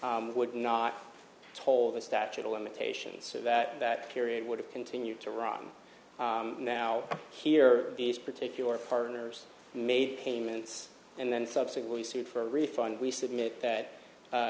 would not toll the statute of limitations so that that period would have continued to run now here these particular partners made payments and then subsequently sued for a refund we submit that